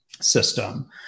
system